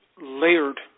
layered